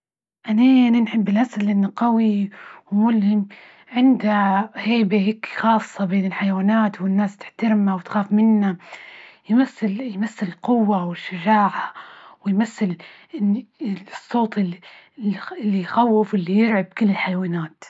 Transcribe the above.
أنى- أنى نحب الأسد لأنه قوى وملهم عنده هيبة هيكي خاصة بين الحيوانات والناس تحترمها وتخاف منه، يمثل يمثل القوة والشجاعة، ويمثل إني الصوت إللي- إللي يخوف، إللي يرعب كل الحيوانات.